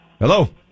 hello